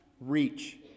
reach